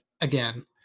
again